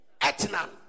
Etna